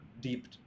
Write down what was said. deep